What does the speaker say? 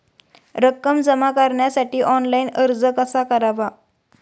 रक्कम जमा करण्यासाठी ऑनलाइन अर्ज कसा करावा?